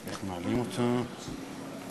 אל תתפתי לעוד כותרת, פחות